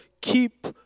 keep